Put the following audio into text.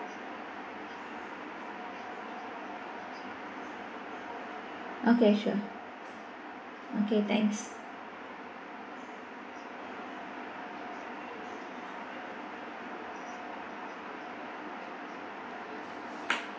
okay sure okay thanks